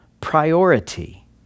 priority